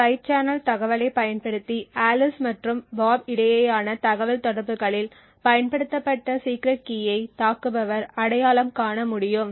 side channel தகவலைப் பயன்படுத்தி Alice மற்றும் பாப் இடையேயான தகவல்தொடர்புகளில் பயன்படுத்தப்பட்ட சீக்ரெட் கீயை தாக்குபவர் அடையாளம் காண முடியும்